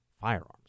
firearms